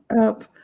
up